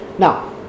Now